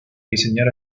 diseñar